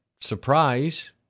surprise